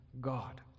God